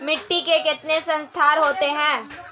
मिट्टी के कितने संस्तर होते हैं?